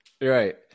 Right